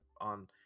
on